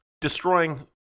Destroying